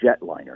jetliner